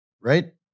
Right